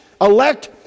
elect